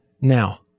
Now